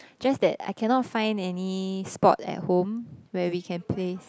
just that I cannot find any spot at home where we can place